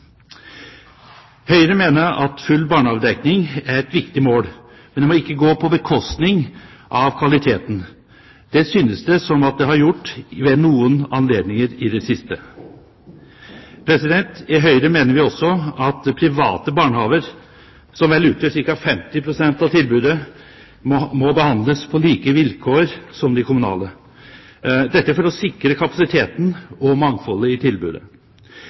Høyre mener at full barnhagedekning er et viktig mål, men det må ikke gå på bekostning av kvaliteten. Det synes det som om det har gjort ved noen anledninger i det siste. I Høyre mener vi også at private barnehager, som utgjør ca. 50 pst. av tilbudet, må behandles på like vilkår med de kommunale, dette for å sikre kapasiteten og mangfoldet i tilbudet.